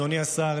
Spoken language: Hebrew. אדוני השר,